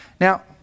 Now